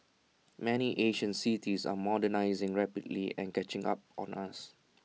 many Asian cities are modernising rapidly and catching up on us